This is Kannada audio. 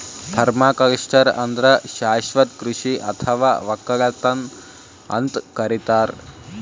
ಪರ್ಮಾಕಲ್ಚರ್ ಅಂದ್ರ ಶಾಶ್ವತ್ ಕೃಷಿ ಅಥವಾ ವಕ್ಕಲತನ್ ಅಂತ್ ಕರಿತಾರ್